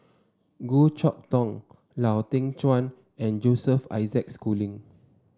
Goh Chok Tong Lau Teng Chuan and Joseph Isaac Schooling